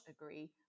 agree